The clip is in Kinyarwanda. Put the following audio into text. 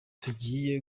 tugiye